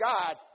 God